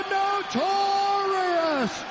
notorious